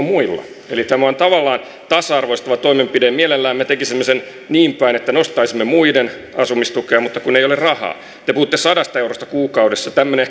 muilla eli tämä on tavallaan tasa arvoistava toimenpide mielellämme me tekisimme sen niin päin että nostaisimme muiden asumistukea mutta kun ei ole rahaa te puhutte sadasta eurosta kuukaudessa tämmöinen